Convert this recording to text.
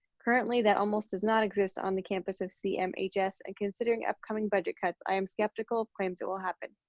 currently that almost does not exist on the campus of cmhs. and, considering upcoming budget cuts i am skeptical of claims it will happen.